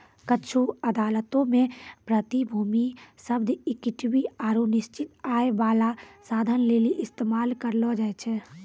कुछु अदालतो मे प्रतिभूति शब्द इक्विटी आरु निश्चित आय बाला साधन लेली इस्तेमाल करलो जाय छै